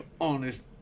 honest